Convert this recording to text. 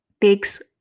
takes